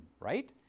right